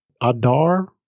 Adar